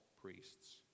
priests